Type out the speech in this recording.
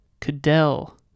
Cadell